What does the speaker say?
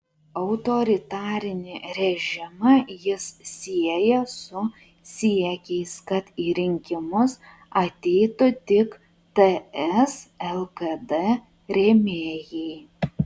autoritarinį režimą jis sieja su siekiais kad į rinkimus ateitų tik ts lkd rėmėjai